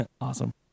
Awesome